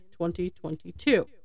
2022